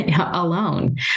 alone